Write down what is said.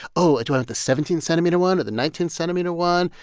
oh, do i like the seventeen centimeter one or the nineteen centimeter one?